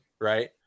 right